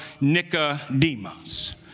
Nicodemus